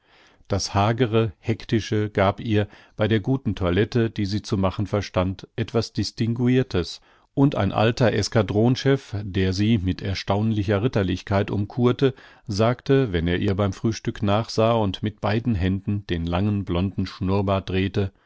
das hagere hektische gab ihr bei der guten toilette die sie zu machen verstand etwas distinguirtes und ein alter eskadronchef der sie mit erstaunlicher ritterlichkeit umcourte sagte wenn er ihr beim frühstück nachsah und mit beiden händen den langen blonden schnurrbart drehte